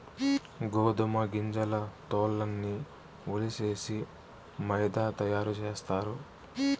గోదుమ గింజల తోల్లన్నీ ఒలిసేసి మైదా తయారు సేస్తారు